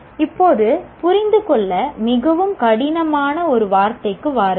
இப்போது புரிந்துகொள்ள மிகவும் கடினமான ஒரு வார்த்தைக்கு வாருங்கள்